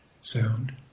sound